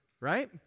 right